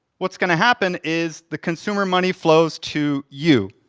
what's gonna happen is the consumer money flows to you.